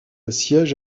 siège